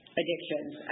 addictions